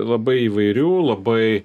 labai įvairių labai